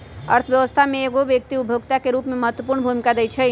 अर्थव्यवस्था में एगो व्यक्ति उपभोक्ता के रूप में महत्वपूर्ण भूमिका दैइ छइ